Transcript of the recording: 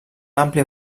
àmplia